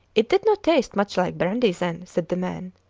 it did not taste much like brandy then, said the men,